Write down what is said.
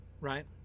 right